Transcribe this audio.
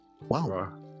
Wow